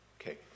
Okay